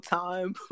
time